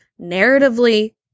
narratively